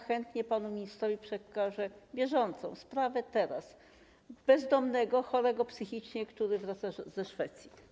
Chętnie panu ministrowi przekażę bieżącą sprawę, teraz, bezdomnego chorego psychicznie, który wraca ze Szwecji.